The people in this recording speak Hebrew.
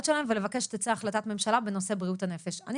אני מייצג את אגף תקציבים במשרד האוצר בדיוק כמו